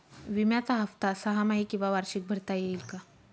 विम्याचा हफ्ता सहामाही किंवा वार्षिक भरता येईल का?